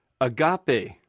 Agape